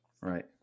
Right